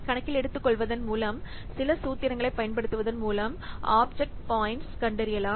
கணக்கில் எடுத்துக்கொள்வதன் மூலம் சில சூத்திரங்களைப் பயன்படுத்துவதன் மூலம் ஆப்ஜெக்ட் பாயிண்ட்ஸ் கண்டறியலாம்